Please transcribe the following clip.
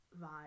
vibe